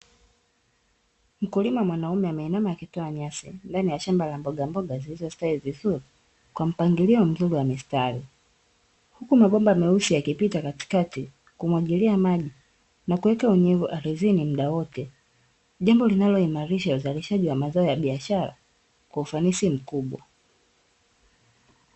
Mkulima mwanaume ameinama akitoa nyasi ndani ya shamba la mbogamboga zilizostawi vizuri, kwa mpangilio mzuri wa mistari, huku mabomba meusi yakipita katikati kumwagilia na kuweka unyevu ardhini muda wote. Jambo linaloimarisha uzalishaji wa biashara kwa ufanisi mkubwa.